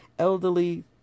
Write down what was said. elderly